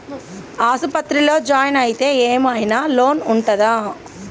ఆస్పత్రి లో జాయిన్ అయితే ఏం ఐనా లోన్ ఉంటదా?